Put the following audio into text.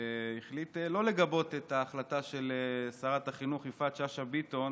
שהחליט שלא לגבות את ההחלטה של שרת החינוך יפעת שאשא ביטון